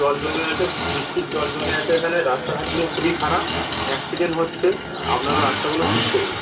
জল জমে আছে বৃষ্টির জল জমে আছে এখানে রাস্তাঘাটগুলো খুবই খারাপ অ্যাক্সিডেন্ট হচ্ছে আপনারা রাস্তাগুলো ঠিক করুন